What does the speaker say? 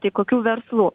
tai kokių verslų